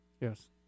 Yes